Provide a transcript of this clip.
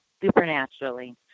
supernaturally